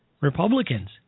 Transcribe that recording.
Republicans